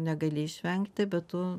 negali išvengti bet tu